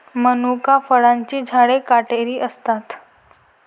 मनुका फळांची झाडे काटेरी असतात